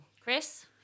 Chris